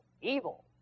evil